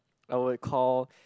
I would call